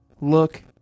look